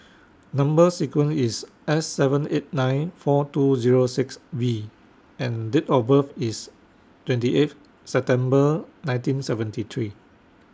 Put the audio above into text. Number sequence IS S seven eight nine four two Zero six V and Date of birth IS twenty eighth September nineteen seventy three